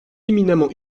éminemment